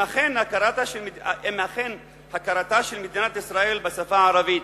אם אכן הכרתה של מדינת ישראל בשפה הערבית